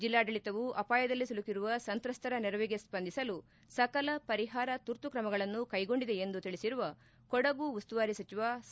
ಜಿಲ್ಲಾಡಳಿತವು ಅಪಾಯದಲ್ಲಿ ಸಿಲುಕಿರುವ ಸಂತ್ರಸ್ಥರ ನೆರವಿಗೆ ಸ್ವಂದಿಸಲು ಸಕಲ ಪರಿಹಾರ ತುರ್ತು ಕ್ರಮಗಳನ್ನು ಕ್ಲೆಗೊಂಡಿದೆ ಎಂದು ತಿಳಿಸಿರುವ ಕೊಡಗು ಉಸ್ತುವಾರಿ ಸಚಿವ ಸಾ